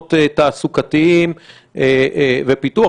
פתרונות תעסוקתיים ופיתוח.